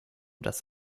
das